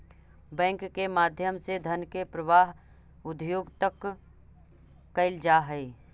bank के माध्यम से धन के प्रवाह उद्योग तक कैल जा हइ